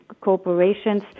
corporations